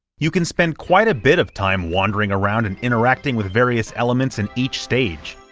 you can spend quite a bit of time wandering around and interacting with various elements in each stage,